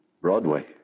Broadway